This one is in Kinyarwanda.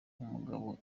mugabo